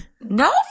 No